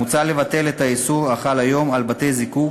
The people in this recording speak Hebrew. מוצע לבטל את האיסור החל היום על בתי-הזיקוק